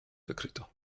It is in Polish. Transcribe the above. wykryto